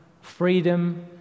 freedom